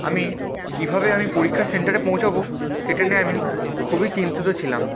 আমি কীভাবে আমি পরীক্ষার সেন্টারে পৌঁছবো সেটা নিয়ে আমি খুবই চিন্তিত ছিলাম